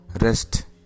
Rest